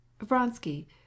Vronsky